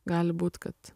gali būt kad